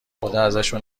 خداازشون